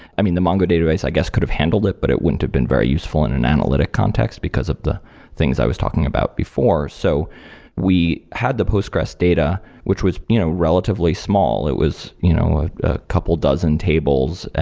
i mean, the mongo database i guess could have handled it, but it wouldn't have been very useful in an analytic context, because of the things i was talking about before. so we had the postgressql data, which was you know relatively small. it was you know a couple dozen tables.